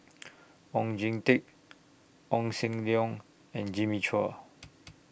Oon Jin Teik Oon Seng Leong and Jimmy Chua